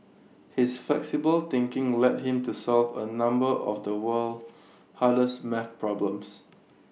his flexible thinking led him to solve A number of the world's hardest math problems